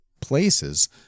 places